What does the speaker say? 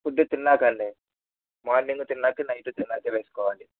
food తిన్నాకండి morning తిన్నాకే night తిన్నాకే వేసుకోవాలి